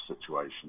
situation